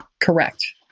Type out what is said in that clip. Correct